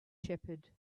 shepherd